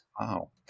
Wow